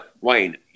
Wayne